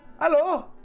Hello